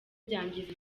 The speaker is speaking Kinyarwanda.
byangiza